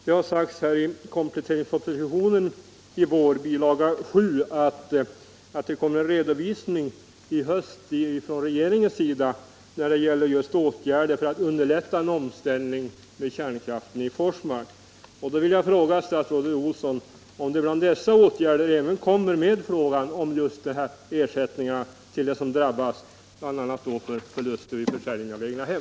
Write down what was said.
Det sades i kompletteringspropositionen i våras, bil. 7, att det i höst skulle komma en redovisning från regeringens sida av årgärder för att underlätta en omställning vid kärnkraftverket i Forsmark. Jag vill då fråga statsrådet Olsson om man i detta sammanhang även kommer att ta upp frågan om ersättning till dem som drabbas bl.a. av förluster vid försäljning av egnahem.